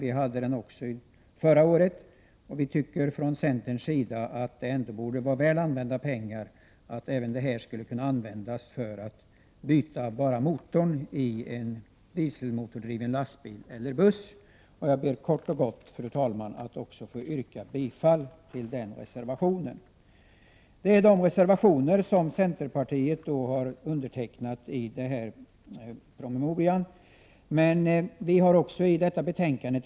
Den fanns med också förra året. Vi från centern anser att det borde vara väl använda pengar att utnyttja bidraget till att byta bara motorn i en dieselmotordriven lastbil eller buss. Jag ber att kort och gott få yrka bifall till reservation 4. Detta är de reservationer som centerpartiet står bakom i det här Prot. 1988/89:104 | betänkandet.